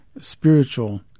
spiritual